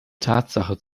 tatsache